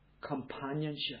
companionship